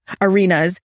arenas